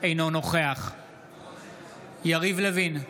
אינו נוכח יריב לוין,